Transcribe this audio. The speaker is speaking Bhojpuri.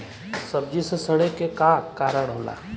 सब्जी में सड़े के का कारण होला?